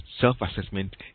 self-assessment